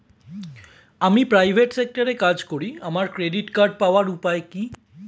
আমি প্রাইভেট সেক্টরে কাজ করি আমার ক্রেডিট কার্ড পাওয়ার উপায় কি?